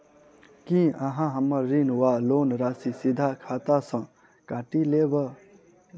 की अहाँ हम्मर ऋण वा लोन राशि सीधा खाता सँ काटि लेबऽ?